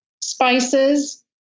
Spices